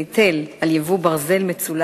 המסחר והתעסוקה